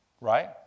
Right